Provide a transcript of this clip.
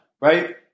Right